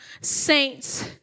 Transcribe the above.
saints